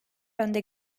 önde